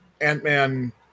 Ant-Man